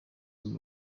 guma